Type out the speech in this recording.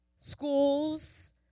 Schools